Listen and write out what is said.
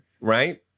right